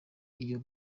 iyo